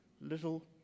Little